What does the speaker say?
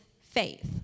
faith